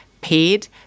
paid